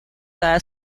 cada